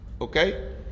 okay